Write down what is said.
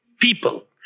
People